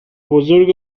بزرگ